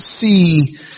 see